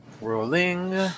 rolling